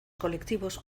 colectivos